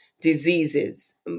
diseases